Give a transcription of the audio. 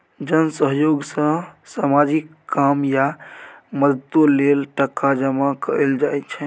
जन सहयोग सँ सामाजिक काम या मदतो लेल टका जमा कएल जाइ छै